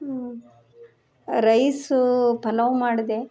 ಹ್ಞೂ ರೈಸೂ ಪಲಾವ್ ಮಾಡಿದೆ